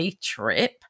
trip